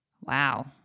Wow